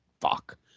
Fuck